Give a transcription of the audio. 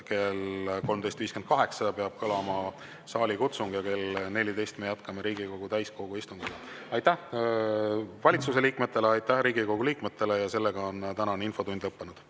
kell 13.58 peab kõlama saalikutsung ja kell 14 me jätkame Riigikogu täiskogu istungiga. Aitäh valitsuse liikmetele, aitäh Riigikogu liikmetele! Tänane infotund on lõppenud.